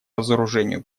разоружению